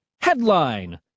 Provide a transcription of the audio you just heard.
Headline